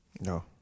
No